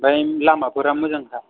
ओमफ्राय लामाफोरा मोजांखा